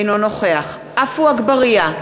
אינו נוכח עפו אגבאריה,